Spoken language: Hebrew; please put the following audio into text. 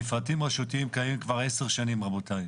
מפרטים רשותיים קיימים כבר 10 שנים, רבותיי.